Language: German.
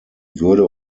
würde